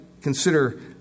consider